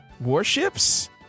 Warships